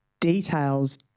details